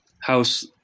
House